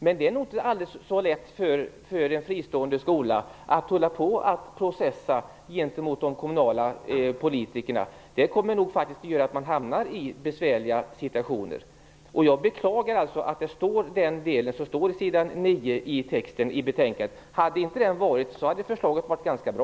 Men det är nog inte så lätt för en fristående skola att hålla på att processa gentemot de kommunala politikerna, och det gör nog att man kan hamna i besvärliga situationer. Jag beklagar det som står på s. 9 i betänkandet. Hade det inte funnits med, hade förslaget varit ganska bra.